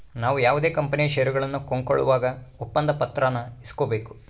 ನಾವು ಯಾವುದೇ ಕಂಪನಿಯ ಷೇರುಗಳನ್ನ ಕೊಂಕೊಳ್ಳುವಾಗ ಒಪ್ಪಂದ ಪತ್ರಾನ ಇಸ್ಕೊಬೇಕು